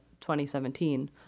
2017